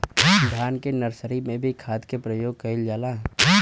धान के नर्सरी में भी खाद के प्रयोग कइल जाला?